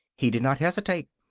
he did not hesitate.